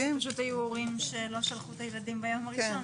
כי פשוט היו הורים שלא שלחו את הילדים ביום הראשון,